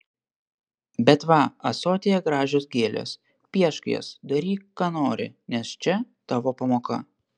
bet va ąsotyje gražios gėlės piešk jas daryk ką nori nes čia tavo pamoka